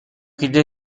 کلید